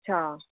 अच्छा